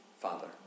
Father